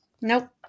Nope